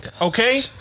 Okay